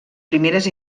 primeres